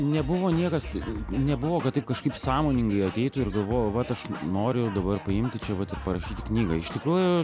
nebuvo niekas t nebuvo kad taip kažkaip sąmoningai ateitų ir galvojau vat aš noriu dabar paimti čia vat ir parašyti knygą iš tikrųjų